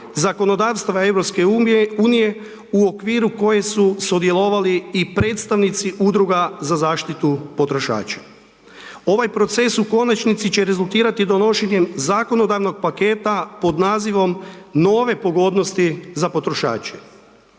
zakonodavstva EU u okviru koje su sudjelovali i predstavnici udruga za zaštitu potrošača. Ovaj proces u konačnici će rezultirati donošenjem zakonodavnog paketa pod nazivom „Nove pogodnosti za potrošače“